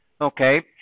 okay